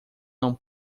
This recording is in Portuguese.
não